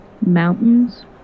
Mountains